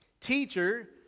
teacher